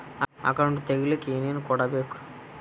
Account ತೆಗಿಲಿಕ್ಕೆ ಏನೇನು ಕೊಡಬೇಕು?